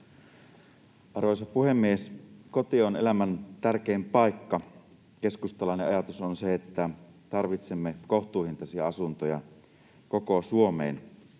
Arvoisa puhemies! Koti on elämän tärkein paikka. Keskustalainen ajatus on se, että tarvitsemme kohtuuhintaisia asuntoja koko Suomeen.